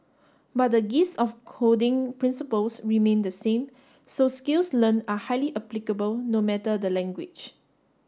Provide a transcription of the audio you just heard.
but the gist of coding principles remained the same so skills learnt are highly applicable no matter the language